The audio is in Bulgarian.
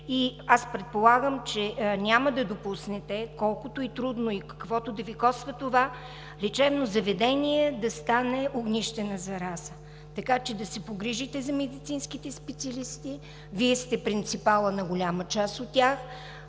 Аз предполагам, че няма да допуснете, колкото и трудно да е, и каквото и да Ви коства това, лечебно заведение да стане огнище на зараза. Погрижете се за медицинските специалисти. Вие сте принципалът на голяма част от тях.